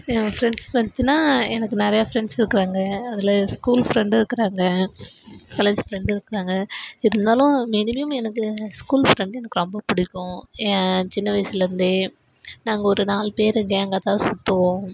என் friends பற்றின்னா எனக்கு நிறையா ஃப்ரெண்ட்ஸ் இருக்கிறாங்க அதில் ஸ்கூல் ஃப்ரெண்டும் இருக்கிறாங்க காலேஜ் ஃப்ரெண்டும் இருக்கிறாங்க இருந்தாலும் மினிமம் எனக்கு ஸ்கூல் ஃப்ரெண்டு எனக்கு ரொம்ப பிடிக்கும் என் சின்ன வயதுலேருந்தே நாங்கள் ஒரு நாலு பேர் கேங்காக தான் சுற்றுவோம்